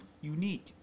unique